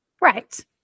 Right